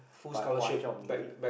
by Hwa-Chong is it